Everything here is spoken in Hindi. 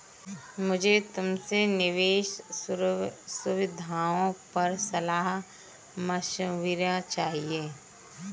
मुझे तुमसे निवेश सुविधाओं पर सलाह मशविरा चाहिए